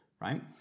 right